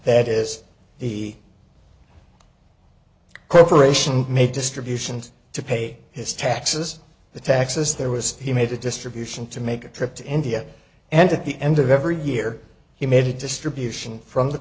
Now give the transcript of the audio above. that is the corporation made distributions to pay his taxes the taxes there was he made a distribution to make a trip to india and at the end of every year he made a distribution from the